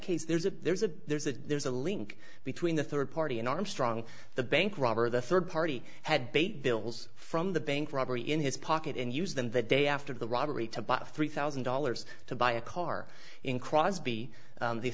case there's a there's a there's a there's a link between the third party and armstrong the bank robber the third party had bait bills from the bank robbery in his pocket and used them the day after the robbery to bought three thousand dollars to buy a car in crosby